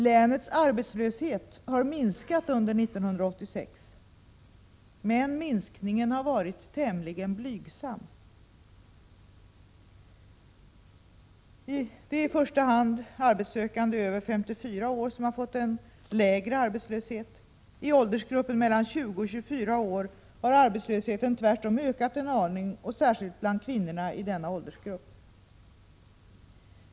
Länets arbetslöshet har minskat under 1986, men minskningen har varit tämligen blygsam. Det är i första hand arbetssökande över 54 år som fått en lägre arbetslöshet. I åldersgruppen mellan 20 och 24 år har arbetslösheten tvärtom ökat en aning och särskilt bland kvinnorna i denna åldersgrupp.